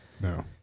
No